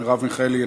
מרב מיכאלי,